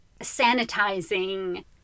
sanitizing